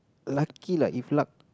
lucky lah if luck